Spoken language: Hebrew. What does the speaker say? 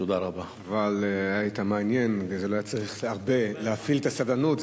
אבל היית מעניין ולא היה צריך הרבה להפעיל את הסבלנות.